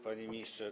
Panie Ministrze!